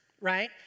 right